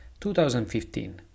2015